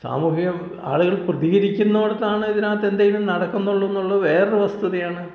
സാമൂഹ്യം ആളുകൾ പ്രതികരിക്കുന്ന ഇടത്താണ് ഇതിനകത്ത് എന്തെങ്കിലും നടക്കുന്നുള്ളൂ എന്നുള്ളത് വേറൊരു വസ്തുതയാണ്